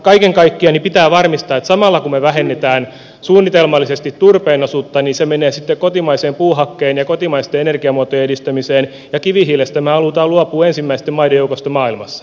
kaiken kaikkiaan pitää varmistaa että samalla kun me vähennämme suunnitelmallisesti turpeen osuutta niin se menee sitten kotimaisen puuhakkeen ja kotimaisten energiamuotojen edistämiseen ja kivihiilestä me haluamme luopua ensimmäisten maiden joukossa maailmassa